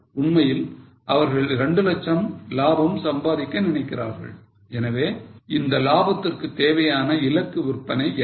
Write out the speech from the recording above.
உண்மையில் அவர்கள் 2 லட்சம் லாபம் சம்பாதிக்க நினைக்கிறார்கள் எனவே இந்த லாபத்துக்கு தேவையான இலக்கு விற்பனை என்ன